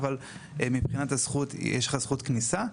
אבל מבחינת הזכות יש לך זכות כניסה,